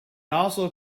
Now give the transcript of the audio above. also